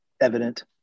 evident